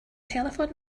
telephone